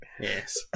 Yes